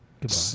Goodbye